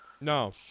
No